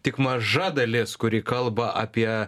tik maža dalis kuri kalba apie